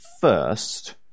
first